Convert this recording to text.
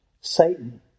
Satan